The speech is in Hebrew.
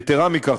יתרה מכך,